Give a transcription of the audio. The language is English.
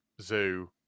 zoo